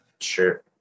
sure